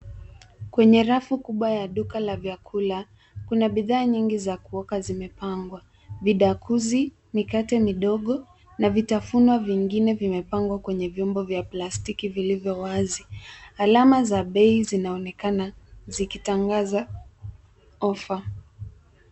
Kwenye rafu kubwa ya duka la vyakula, kuna bidhaa nyingi za kuoka zimepangwa. Vidakuzi, mikate midogo na vitafunwa vingine vimepangwa kwenye vyombo vya plastiki vilivyo wazi. Alama za bei zinaonekana zikitangaza ofa.